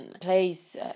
place